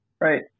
right